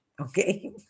okay